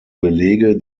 belege